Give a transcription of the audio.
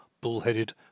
bull-headed